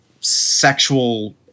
sexual